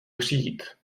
přijít